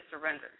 surrender